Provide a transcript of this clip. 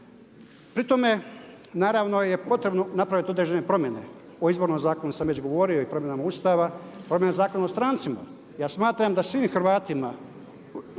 Pri tome naravno je potrebno napraviti određene promjene. O Izbornom zakonu sam već govorio i promjenama Ustava, promjena Zakona o strancima. Ja smatram da svim Hrvatima